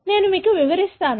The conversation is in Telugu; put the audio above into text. నేను మీకు వివరిస్తాను